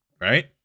right